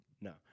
No